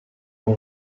con